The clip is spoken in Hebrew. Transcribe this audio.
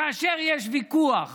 כאשר יש ויכוח